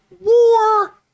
War